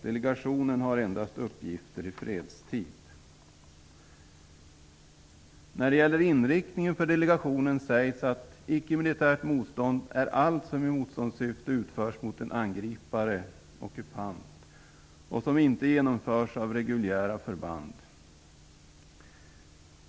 Delegationen har endast uppgifter i fredstid. När det gäller inriktningen för delegationens arbete sägs det att icke-militärt motstånd är allt som i motståndssyfte utförs mot en angripare, ockupant, och som inte genomförs av reguljära förband.